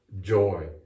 joy